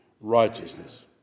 righteousness